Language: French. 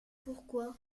pourquoi